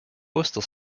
postal